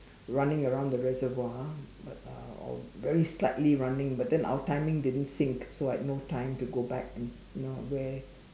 running around the reservoir but uh very slightly running but then our timing didn't sync so I had no time to go back and you know wear